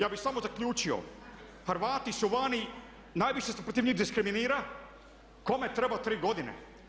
Ja bih samo zaključio, Hrvati su vani najviše se protiv njih diskriminira, kome treba tri godine?